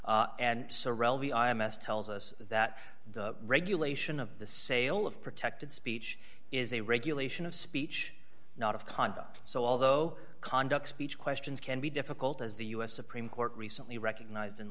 m s tells us that the regulation of the sale of protected speech is a regulation of speech not of conduct so although conduct speech questions can be difficult as the u s supreme court recently recognized